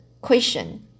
question